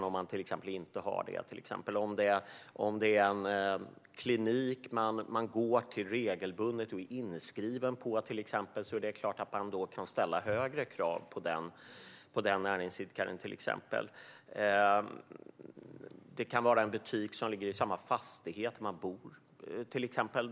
Om man går till en klinik regelbundet och är inskriven där är det klart att man kan ställa högre krav på den näringsidkaren. Detsamma gäller en butik som ligger i den fastighet där man bor.